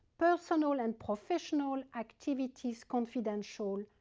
personal and professional activities confidential,